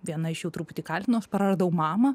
viena iš jų truputį kaltinoaš praradau mamą